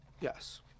Yes